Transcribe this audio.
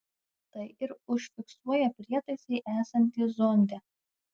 tai ir užfiksuoja prietaisai esantys zonde